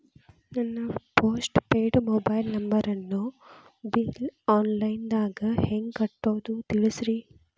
ನನ್ನ postpaid mobile ನಂಬರನ್ನು bill online ದಾಗ ಹೆಂಗ್ ಕಟ್ಟೋದು ತಿಳಿಸ್ರಿ